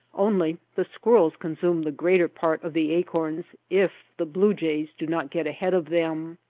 only the squirrels consume the greater part of the acorns if the blue jays do not get ahead of them.